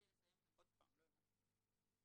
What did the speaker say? לא הבנתי.